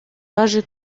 haje